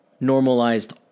normalized